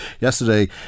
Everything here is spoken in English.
Yesterday